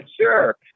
sure